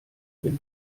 wenn